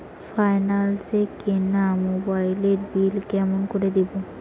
Finance এ কিনা মোবাইলের বিল কেমন করে দিবো?